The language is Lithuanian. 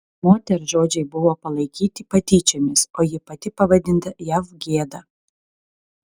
moters žodžiai buvo palaikyti patyčiomis o ji pati pavadinta jav gėda